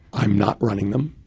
i'm not running them.